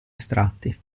estratti